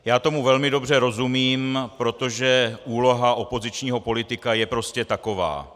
Já tomu velmi dobře rozumím, protože úloha opozičního politika je prostě taková.